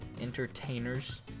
entertainers